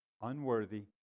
unworthy